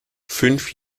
fünf